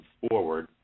forward